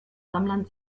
sammlern